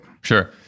Sure